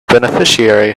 beneficiary